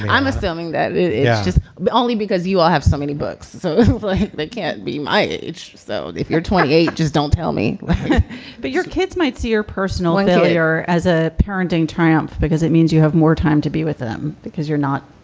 i'm assuming that it's just only because you will have so many books so like that can't be my age. so if you're twenty eight, just don't tell me but your kids might see your personal email here as a parenting triumph because it means you have more time to be with them because you're not,